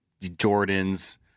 jordans